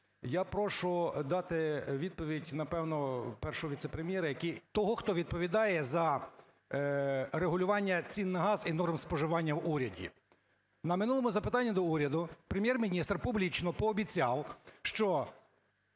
Я прошу дати відповідь, напевно, Першого віце-прем'єра - того, хто відповідає за регулювання цін на газ і норм споживання в уряді. На минулому запитанні до уряду Прем'єр-міністр публічно пообіцяв, що